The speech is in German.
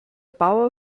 bauer